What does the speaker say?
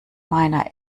meiner